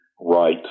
right